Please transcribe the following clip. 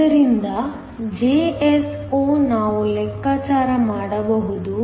ಆದ್ದರಿಂದ Jso ನಾವು ಲೆಕ್ಕಾಚಾರ ಮಾಡಬಹುದು